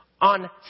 on